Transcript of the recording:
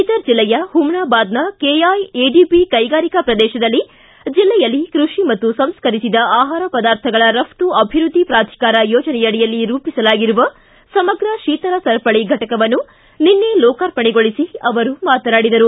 ಬೀದರ್ ಜಿಲ್ಲೆಯ ಹುಮನಾಬಾದ್ನ ಕೆಐಎಡಿಬಿ ಕೈಗಾರಿಕಾ ಪ್ರದೇಶದಲ್ಲಿ ಜಿಲ್ಲೆಯಲ್ಲಿ ಕೃಷಿ ಮತ್ತು ಸಂಸ್ಕರಿಸಿದ ಆಹಾರ ಪದಾರ್ಥಗಳ ರಫ್ತು ಅಭಿವೃದ್ಧಿ ಪ್ರಾಧಿಕಾರ ಯೋಜನೆಯಡಿಯಲ್ಲಿ ರೂಪಿಸಲಾಗಿರುವ ಸಮಗ್ರ ಶೀತಲ ಸರಪಳಿ ಘಟಕವನ್ನು ನಿನ್ನೆ ಲೋಕಾರ್ಪಣೆಗೊಳಿಸಿ ಅವರು ಮಾತನಾಡಿದರು